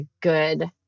good